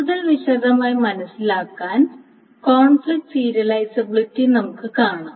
കൂടുതൽ വിശദമായി മനസ്സിലാക്കാൻ റഫർ സമയം 1104കോൺഫ്ലിക്റ്റ് സീരിയലൈസബിലിറ്റി നമുക്ക് കാണാം